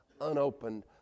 unopened